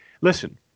listen